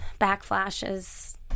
backflashes